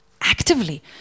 actively